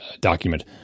document